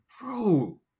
Bro